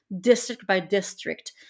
district-by-district